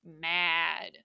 mad